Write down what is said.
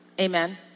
Amen